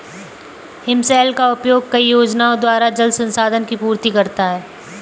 हिमशैल का उपयोग कई योजनाओं द्वारा जल संसाधन की पूर्ति करता है